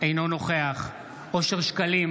אינו נוכח אושר שקלים,